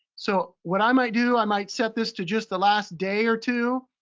so what i might do, i might set this to just the last day or two,